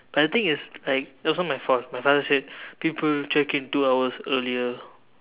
but the thing is like it wasn't my fault my father said people check in two hours earlier